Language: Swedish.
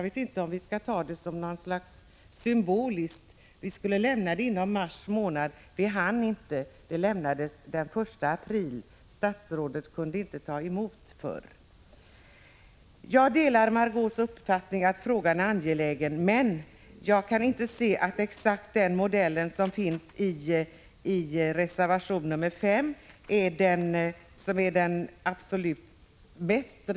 Vi skulle lämna det före mars månads utgång, men vi hann inte det, utan förslaget lämnades — jag vet inte om jag skall se det som symboliskt — den 1 april, och statsrådet kunde för övrigt inte ta emot tidigare. Jag delar Margé Ingvardssons uppfattning att frågan är angelägen, men jag kan inte se att exakt den modell som förespråkas i reservation 5 är den absolut bästa.